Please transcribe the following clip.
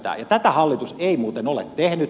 ja tätä hallitus ei muuten ole tehnyt